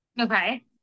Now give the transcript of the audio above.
Okay